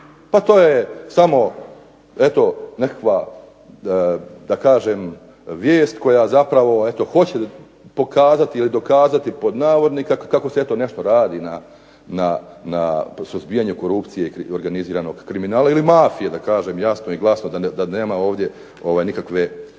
pa to je samo nekakva da kažem vijest koja zapravo hoće kazati ili "Dokazati" kako se eto nešto radi na suzbijanju i organiziranog kriminala ili mafije da kažem jasno i glasno da nema ovdje nikakve